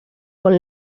con